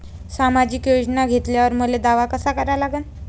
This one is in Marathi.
सामाजिक योजना घेतल्यावर मले दावा कसा करा लागन?